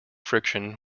friction